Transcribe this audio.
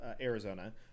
Arizona